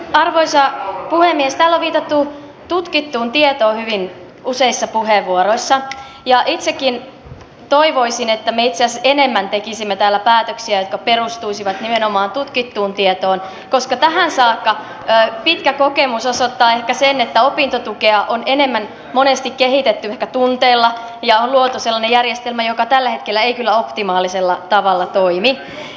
täällä on viitattu tutkittuun tietoon hyvin useissa puheenvuoroissa ja itsekin toivoisin että me itse asiassa enemmän tekisimme täällä päätöksiä jotka perustuisivat nimenomaan tutkittuun tietoon koska tähän saakka pitkä kokemus osoittaa ehkä sen että opintotukea on monesti kehitetty enemmän ehkä tunteella ja on luotu sellainen järjestelmä joka tällä hetkellä ei kyllä optimaalisella tavalla toimi